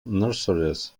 nurseries